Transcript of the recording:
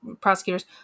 prosecutors